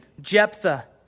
Jephthah